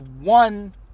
one